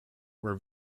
were